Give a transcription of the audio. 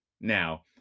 Now